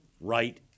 right